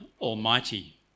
Almighty